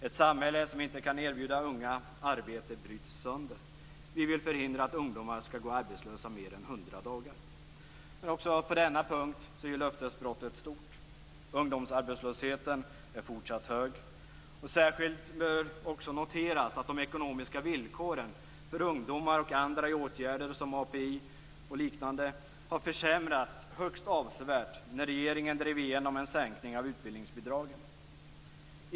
Ett samhälle som inte kan erbjuda unga arbete bryts sönder. Vi vill förhindra att ungdomar ska gå arbetslösa mer än 100 dagar." Också på denna punkt är löftesbrottet stort. Ungdomsarbetslösheten är fortsatt hög. Särskilt bör också noteras att de ekonomiska villkoren för ungdomar och andra i åtgärder, som API och liknande, försämrades högst avsevärt när regeringen drev igenom en sänkning av utbildningsbidragen.